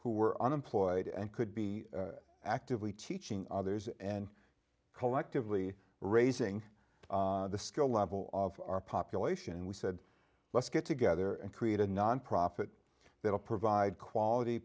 who were unemployed and could be actively teaching others and collectively raising the skill level of our population and we said let's get together and create a nonprofit that will provide quality